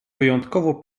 wyjątkowo